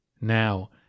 Now